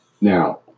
Now